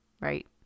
Right